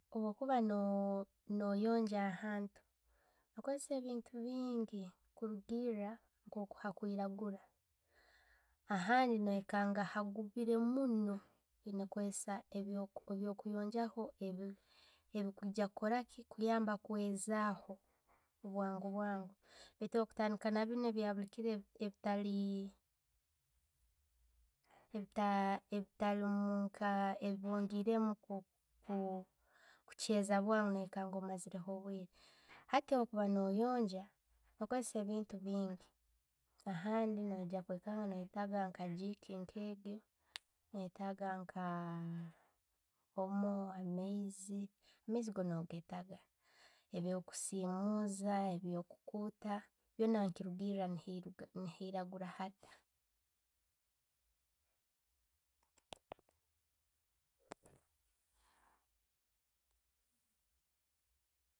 Bwokuba no- no'yongya ahantu nokosesa ebintu bingi kurugira nka kwokwiragula. Ahandi no'kanga agubiire munno no'kosesaho ebyokweyonjaho ebija kukoraki, kuyamba kwezaaho bwangu bwangu baitu bwokutandiika nabiino ebyabuliikiro ebitaali ebita ebitalumu e bongeiremu okucheiza bwangu noikanga omazireho obwiire. Hati bwo'kuba noyonja, oyina kukozesa ebintu bingi, ahandi noija kwesanga no'wetaaga nka jiiki nke jjo, notaaga nka omo, amaizi, amaiizi go no'getaaga, ebyokusumuuza, ebyokukuuta byona ne'kirugiira, nairagura hata.